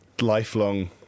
lifelong